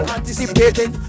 Anticipating